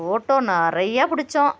photo நிறையா பிடிச்சோம்